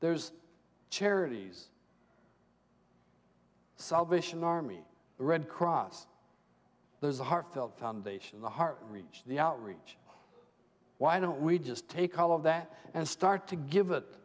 there's charities salvation army the red cross there's a heartfelt foundation the heart reach the outreach why don't we just take all of that and start to give it